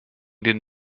den